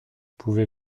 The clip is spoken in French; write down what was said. pouvez